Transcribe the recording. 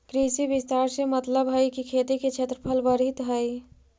कृषि विस्तार से मतलबहई कि खेती के क्षेत्रफल बढ़ित हई